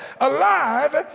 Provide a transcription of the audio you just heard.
alive